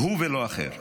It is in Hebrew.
הוא ולא אחר,